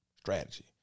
Strategy